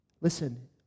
Listen